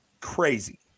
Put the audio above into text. crazy